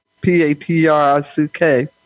P-A-T-R-I-C-K